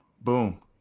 Boom